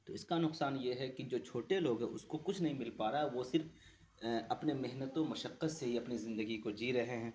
تو اس کا نقصان یہ ہے کہ جو چھوٹے لوگ ہیں اس کو کچھ نہیں مل پا رہا ہے وہ صرف اپنے محنت و مشقت سے ہی اپنی زندگی کو جی رہے ہیں